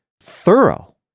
thorough